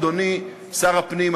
אדוני שר הפנים,